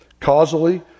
causally